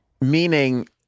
meaning